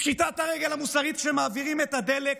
פשיטת הרגל המוסרית שמעבירים את הדלק,